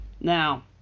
Now